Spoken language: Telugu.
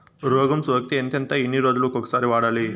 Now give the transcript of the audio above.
రోగం సోకితే ఎంతెంత ఎన్ని రోజులు కొక సారి వాడాలి?